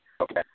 Okay